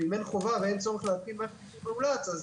אם אין חובה ואין צורך להתקין מערכת כזאת --- אני